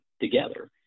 together